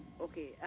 Okay